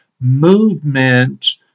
movement